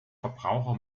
verbraucher